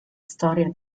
storia